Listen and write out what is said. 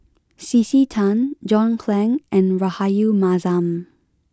C C Tan John Clang and Rahayu Mahzam